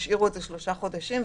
השאירו את זה שלושה חודשים,